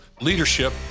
leadership